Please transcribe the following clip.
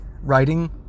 writing